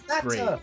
great